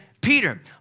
Peter